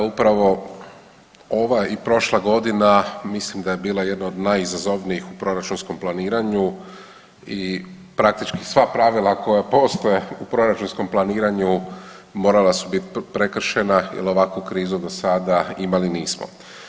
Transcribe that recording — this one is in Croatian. Evo upravo ova i prošla godina mislim da je bila jedna od najizazovnijih u proračunskom planiranju i praktički sva pravila koja postoje u proračunskom planiranju morala su bit prekršena jel ovakvu krizu do sada imali nismo.